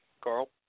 Carl